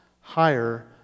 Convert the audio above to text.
higher